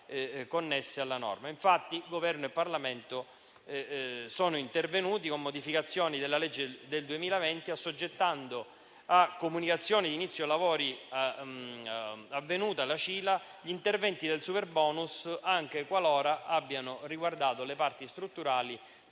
connesse alla norma. Infatti, Governo e Parlamento sono intervenuti con modificazioni della legge del 2020, assoggettando a comunicazione di inizio lavori avvenuta (CILA) gli interventi del superbonus, anche qualora abbiano riguardato le parti strutturali